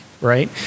right